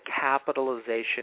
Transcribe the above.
capitalization